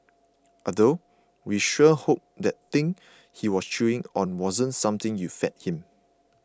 although we sure hope that thing he was chewing on wasn't something you fed him